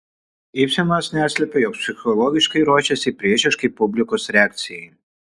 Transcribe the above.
ibsenas neslepia jog psichologiškai ruošėsi priešiškai publikos reakcijai